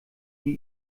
die